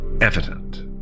evident